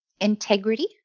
Integrity